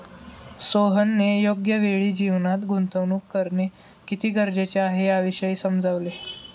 सोहनने योग्य वेळी जीवनात गुंतवणूक करणे किती गरजेचे आहे, याविषयी समजवले